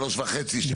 שלוש וחצי.